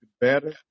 better